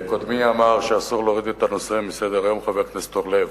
קודמי, חבר הכנסת אורלב,